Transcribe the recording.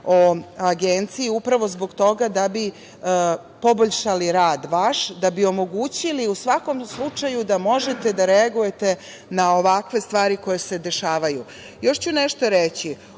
o Agenciji upravo zbog toga da bi poboljšali rad vaš, da bi omogućili u svakom slučaju da možete da reagujete na ovakve stvari koje se dešavaju. Još ću nešto reći.